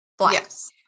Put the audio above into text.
Yes